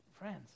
Friends